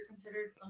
Considered